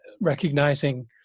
recognizing